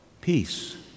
peace